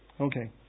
okay